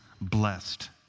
blessed